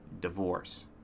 divorce